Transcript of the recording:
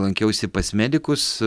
lankiausi pas medikus